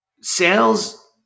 sales